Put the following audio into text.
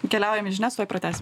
keliaujam į žinias tuoj pratęsim